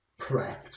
prepped